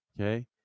Okay